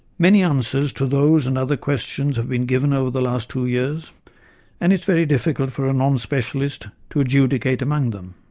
many answers to those and other questions have been given over the last two years and it is very difficult for a non-specialist to adjudicate among them.